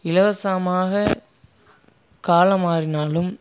இலவசமாக காலம் மாறினாலும்